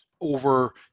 over